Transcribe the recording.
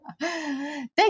thank